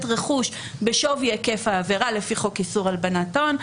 רכוש בשווי היקף העבירה לפי חוק איסור הלבנת הון.